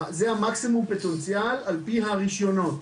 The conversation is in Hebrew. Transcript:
זה המקסימום על פי הרישיונות.